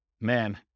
man